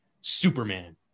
superman